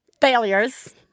Failures